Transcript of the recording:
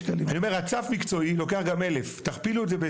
רצף מקצועי לוקח גם 1000. תכפילו את זה.